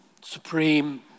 supreme